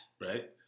Right